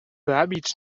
hàbits